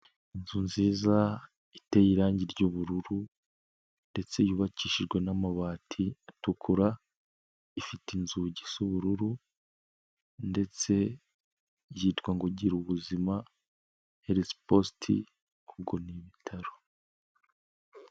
Inzu nziza iteye irangi ry'ubururu ndetse yubakishijwe n'amabati atukura, ifite inzugi z'ubururu ndetse yitwa ngo gir aubuzima herisi positi ubwo ni ibitaro.